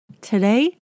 today